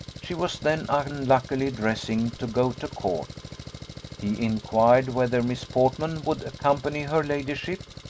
she was then unluckily dressing to go to court he inquired whether miss portman would accompany her ladyship,